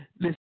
listen